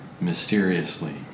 mysteriously